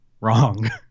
Wrong